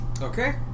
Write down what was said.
okay